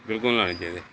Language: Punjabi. ਬਿਲਕੁਲ ਨਹੀਂ ਲਾਉਣੇ ਚਾਹੀਦੇ